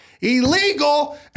illegal